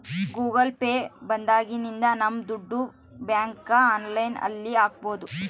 Google Pay ಬಂದಾಗಿನಿಂದ ನಮ್ ದುಡ್ಡು ಬ್ಯಾಂಕ್ಗೆ ಆನ್ಲೈನ್ ಅಲ್ಲಿ ಹಾಕ್ಬೋದು